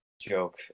joke